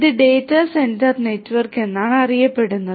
ഇത് data center network എന്നാണ് അറിയപ്പെടുന്നത്